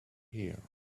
here